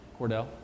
Cordell